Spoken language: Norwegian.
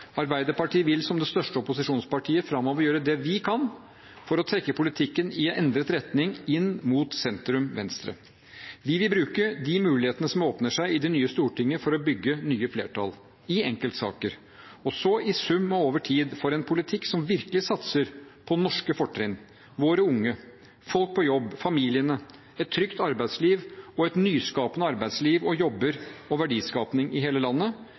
Arbeiderpartiet vil som det største opposisjonspartiet framover gjøre det vi kan for å trekke politikken i endret retning inn mot sentrum-venstre. Vi vil bruke de mulighetene som åpner seg i det nye stortinget for å bygge nye flertall – i enkeltsaker, og i sum og over tid for en politikk som virkelig satser på norske fortrinn, våre unge, folk på jobb, familiene, et trygt arbeidsliv og et nyskapende arbeidsliv og jobber og verdiskaping i hele landet